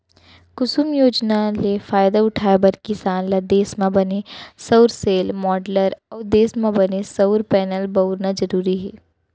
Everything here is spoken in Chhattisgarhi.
कुसुम योजना ले फायदा उठाए बर किसान ल देस म बने सउर सेल, माँडलर अउ देस म बने सउर पैनल बउरना जरूरी हे